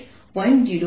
05 kilogram છે